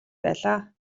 байлаа